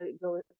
go